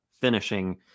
finishing